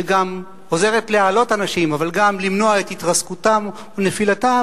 שגם עוזרת להעלות אנשים אבל גם למנוע את התרסקותם ונפילתם,